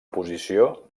posició